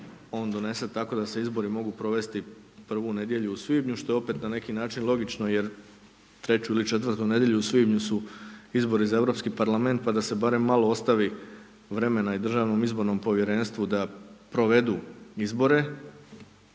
on donese tako da se izbori mogu provesti prvu nedjelju u svibnju, što je opet na neki način logično, jer treću ili četvrtu nedjelju u svibnju su izbori za Europski Parlament, pa da se barem malo ostavi vremena i Državnom izbornom povjerenstvu da provedu izbore,